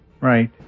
Right